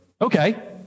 Okay